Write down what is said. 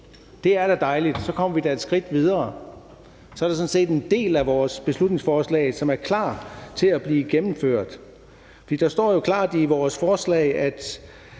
Det er da dejligt, så kommer vi da et skridt videre; så er der sådan set en del af vores beslutningsforslag, som er klar til at blive gennemført. For der står jo klart i vores forslag, at